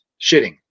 shitting